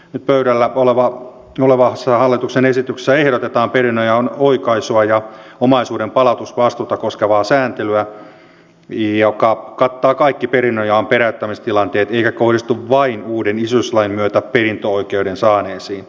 nyt pöydällä olevassa hallituksen esityksessä ehdotetaan perinnönjaon oikaisua ja omaisuuden palautusvastuuta koskevaa sääntelyä joka kattaa kaikki perinnönjaon peräyttämistilanteet eikä kohdistu vain uuden isyyslain myötä perintöoikeuden saaneisiin